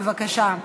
בבקשה.